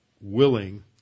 willing